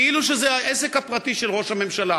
כאילו זה העסק הפרטי של ראש הממשלה.